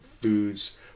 foods